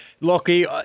Lockie